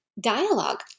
dialogue